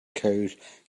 code